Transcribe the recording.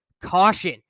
caution